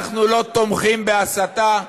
אנחנו לא תומכים בהסתה,